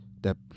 that-